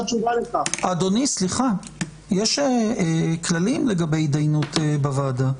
יש כללים לגבי התדיינות בוועדה.